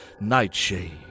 Nightshade